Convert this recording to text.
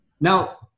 Now